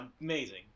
amazing